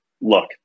look